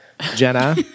jenna